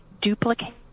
duplicate